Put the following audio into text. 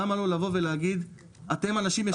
למה לא לבוא ולהגיד 'אתם אנשים ישרים,